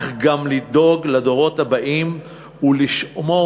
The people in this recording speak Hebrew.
אך גם לדאוג לדורות הבאים ולשמור